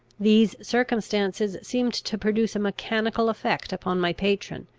these circumstances seemed to produce a mechanical effect upon my patron,